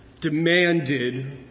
demanded